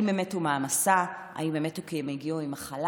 אם הם מתו מהמסע, אם הם מתו כי הם הגיעו עם מחלה,